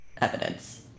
evidence